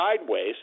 sideways